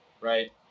right